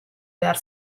behar